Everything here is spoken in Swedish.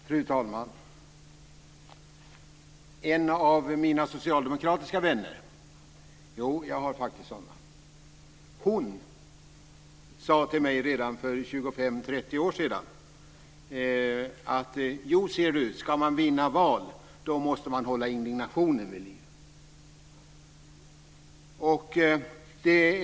Fru talman! En av mina socialdemokratiska vänner - jo, jag har faktiskt sådana - sade följande till mig redan för 25-30 år sedan: Jo, ser du, ska man vinna val så måste man hålla indignationen vid liv!